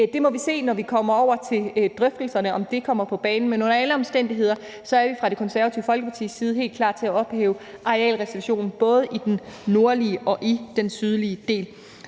Vi må se, når vi kommer over til drøftelserne, om det kommer på banen. Men under alle omstændigheder er vi fra Det Konservative Folkepartis side helt klar til at ophæve arealreservationen, både i den nordlige og i den sydlige del.